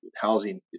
housing